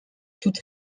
toute